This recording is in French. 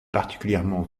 particulièrement